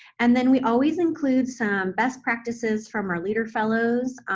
and then we always include some best practices from our leader fellows,